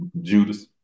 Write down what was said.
Judas